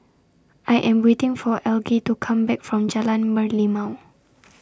I Am waiting For Algie to Come Back from Jalan Merlimau